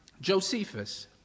Josephus